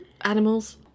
animals